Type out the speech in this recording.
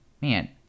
man